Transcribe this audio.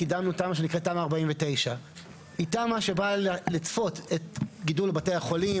קידמנו תמ"א שנקראת תמ"א 49. היא תמ"א שבאה לצפות את גידול בתי החולים,